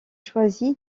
choisi